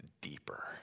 deeper